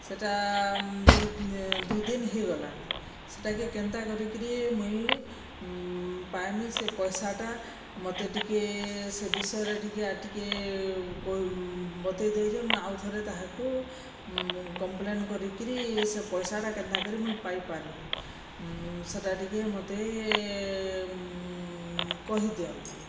ସେଟା ଦୁ ଦୁଇ ଦିନ ହେଇଗଲାନ ସେଟାକେ କେନ୍ତା କରିକିରି ମୁଇଁ ପାଇମି ସେ ପଇସାଟା ମତେ ଟିକେ ସେ ବିଷୟରେ ଟିକେ ଟିକେ ବତେଇଦିଏ ଯେ ମୁଇଁ ଆଉ ଥରେ ତାହାକୁ କମ୍ପ୍ଲେନ୍ କରିକିରି ସେ ପଇସାଟା କେନ୍ତା କିରି ମୁଇଁ ପାଇ ପାରମି ସେଟା ଟିକେ ମତେ କହିଦିଅନ୍ତୁ